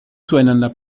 zueinander